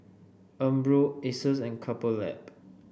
Umbro Asus and Couple Lab